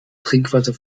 trinkwasser